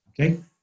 okay